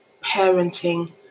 parenting